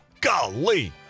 golly